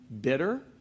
bitter